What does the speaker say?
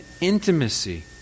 intimacy